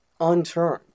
unturned